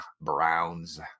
Browns